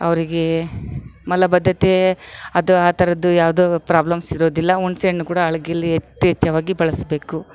ಅವರಿಗೆ ಮಲಬದ್ಧತೆ ಅದು ಆ ಥರದ್ದು ಯಾವುದು ಪ್ರಾಬ್ಲಮ್ಸ್ ಇರೋದಿಲ್ಲ ಹುಣ್ಸೆ ಹಣ್ಣು ಕೂಡ ಅಡ್ಗೆಲಿ ಅತಿ ಹೆಚ್ಚಾಗಿ ಬಳಸಬೇಕು